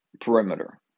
perimeter